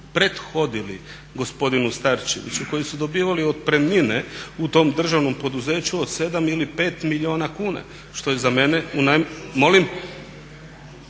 prethodili gospodinu Starčeviću, koji su dobivali otpremnine u tom državnom poduzeću od 7 ili 5 milijuna kuna što je za mene … …/Upadica